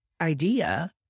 idea